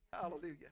Hallelujah